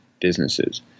businesses